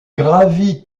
gravit